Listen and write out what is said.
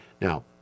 Now